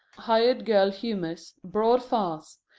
hired girl humors, broad farce.